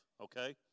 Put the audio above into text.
okay